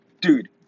dude